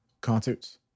concerts